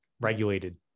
Regulated